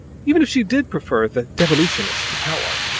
even if she did prefer the devolutionist to powart.